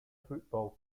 football